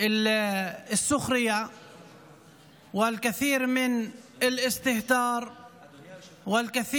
עד אשר תיפסק ההריסה ותהיה הכרה מלאה בכפרים